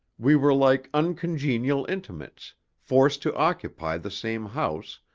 we were like uncongenial intimates, forced to occupy the same house,